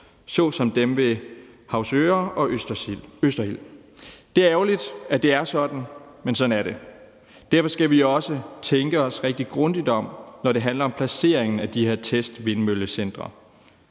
såsom dem ved Høvsøre og Østerild. Det er ærgerligt, at det er sådan, men sådan er det. Derfor skal vi også tænke os rigtig grundigt om, når det handler om placeringen af de her testvindmøllecentre.